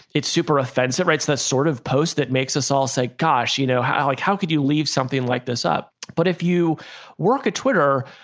it's super offensive, writes this sort of post that makes us all say, gosh, you know how like how could you leave something like this up? but if you work at twitter,